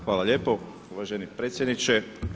Hvala lijepo uvaženi predsjedniče.